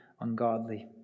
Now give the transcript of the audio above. ungodly